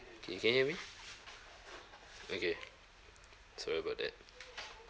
okay can you hear me okay sorry about that